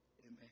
Amen